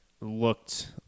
looked